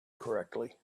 correctly